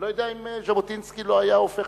אני לא יודע אם ז'בוטינסקי לא היה הופך